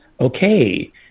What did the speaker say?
okay